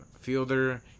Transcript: fielder